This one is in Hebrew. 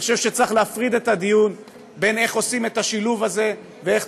אני חושב שצריך להפריד את הדיון בין איך עושים את השילוב הזה ואיך